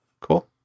Cool